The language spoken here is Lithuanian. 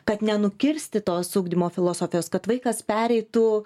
kad nenukirsti tos ugdymo filosofijos kad vaikas pereitų